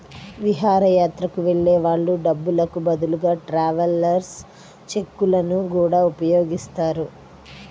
విహారయాత్రలకు వెళ్ళే వాళ్ళు డబ్బులకు బదులుగా ట్రావెలర్స్ చెక్కులను గూడా ఉపయోగిస్తారు